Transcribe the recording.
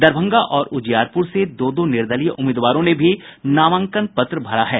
दरभंगा और उजियारपुर से दो दो निर्दलीय उम्मीदवारों ने भी नामांकन पत्र भरा है